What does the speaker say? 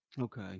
okay